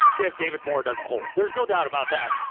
if david moore doesn't hold. there's no doubt about that,